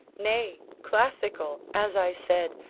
nay! classical, as i said,